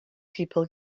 people